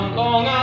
long